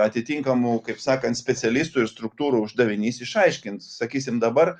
atitinkamų kaip sakant specialistų ir struktūrų uždavinys išaiškint sakysim dabar